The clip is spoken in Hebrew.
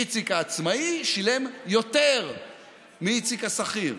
איציק העצמאי שילם יותר מאיציק השכיר.